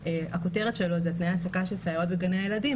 הכותרת שלו זה "תנאי העסקה של סייעות בגני הילדים",